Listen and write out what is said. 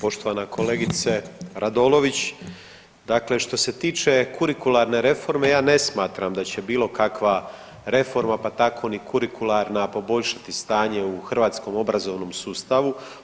Poštovana kolegice Radolović, dakle što se tiče kurikularne reforme ja ne smatram da će bilo kakva reforma, pa tako ni kurikularna poboljšati stanje u hrvatskom obrazovnom sustavu.